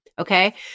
okay